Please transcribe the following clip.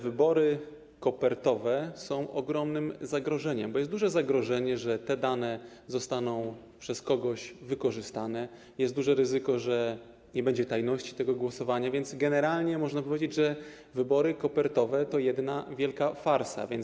Wybory kopertowe są ogromnym zagrożeniem, bo jest duże zagrożenie, że te dane zostaną przez kogoś wykorzystane, jest duże ryzyko, że nie będzie tajności głosowania, więc generalnie można powiedzieć, że wybory kopertowe to robienie jednej wielkiej farsy.